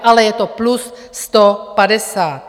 Ale je to plus 150.